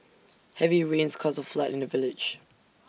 heavy rains caused A flood in the village